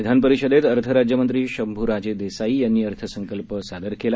विधानपरिषदेत अर्थ राज्यमंत्री शंभुराजे देसाई यांनी अर्थसंकल्प सादर केला